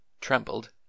trembled